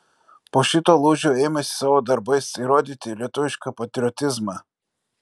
po šito lūžio ėmėsi savo darbais įrodyti lietuvišką patriotizmą